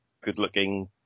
good-looking